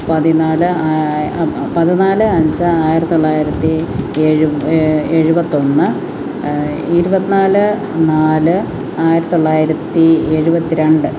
പതിനാല് പതിനാല് അഞ്ച് ആയിരത്തിത്തൊള്ളായിരത്തി എഴു എഴുപത്തിയൊന്ന് ഇരുപത്തിനാല് നാല് ആയിരത്തിത്തൊള്ളായിരത്തി എഴുപത്തിരണ്ട്